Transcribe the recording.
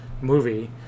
movie